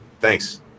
thanks